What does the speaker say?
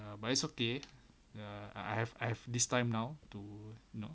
but it's okay ah err I have I have this time now to you know